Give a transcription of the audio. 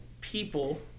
people